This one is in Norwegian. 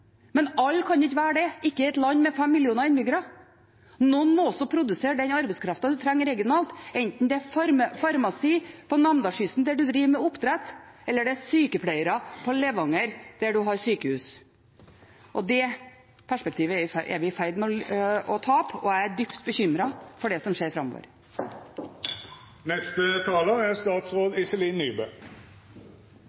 men alle kan ikke være det, ikke i et land med 5 millioner innbyggere. Noen må også produsere den arbeidskraften en trenger regionalt, enten det er farmasi på Namdalskysten, der en driver med oppdrett, eller sykepleiere på Levanger, der en har sykehus. Det perspektivet er vi i ferd med å tape, og jeg er dypt bekymret for det som skjer framover. Det er